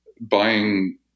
buying